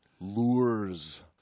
lures